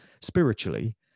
spiritually